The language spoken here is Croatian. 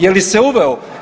Je li se uveo?